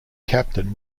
captain